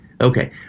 Okay